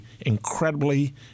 incredibly